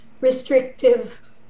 restrictive